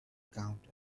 counter